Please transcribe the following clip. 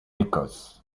écosse